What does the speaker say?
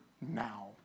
now